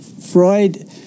Freud